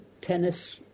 tennis